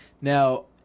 Now